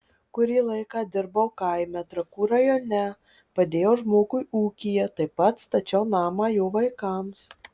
kurį laiką dirbau kaime trakų rajone padėjau žmogui ūkyje taip pat stačiau namą jo vaikams